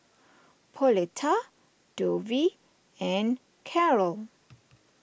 Pauletta Dovie and Karol